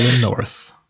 North